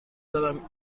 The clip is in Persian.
دارم